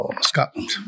Scotland